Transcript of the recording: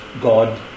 God